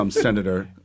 senator